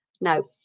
No